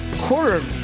quarter